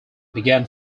began